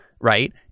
right